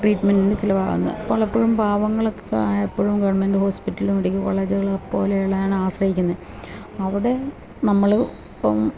ട്രീറ്റ്മെന്റിന് ചിലവാകുന്നത് അപ്പോൾ എപ്പോഴും പാവങ്ങളൊക്ക ആ എപ്പോഴും ഗവൺമെൻ്റ് ഹോസ്പിറ്റലും മെഡിക്കൽ കോളേജുകളെ പോലെയുള്ളവയെ ആണ് ആശ്രയിക്കുന്നേ അവിടെ നമ്മള് ഇപ്പോള്